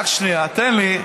שנייה, תן לי,